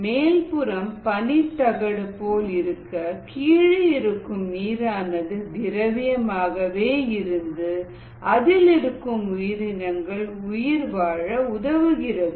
மேல்புறம் பனிதகடு போல் இருக்க கீழே இருக்கும் நீரானது திரவியம் ஆகவே இருந்து அதில் இருக்கும் உயிரினங்கள் உயிர் வாழ உதவுகிறது